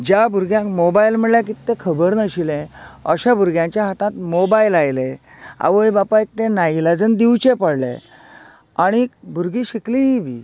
ज्या भुरग्यांक मोबायल म्हळ्यार कितें तें खबर नाशिल्लें अश्या भुरग्यांच्या हातांत मोबायल आयले आवय बापायक तें नाइलाजान दिवचे पडले आनीक भुरगीं शिकलींय बी